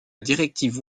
directive